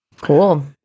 cool